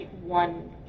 one